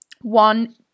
one